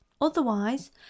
otherwise